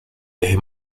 eje